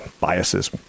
biases